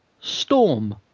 Storm